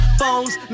phones